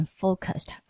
focused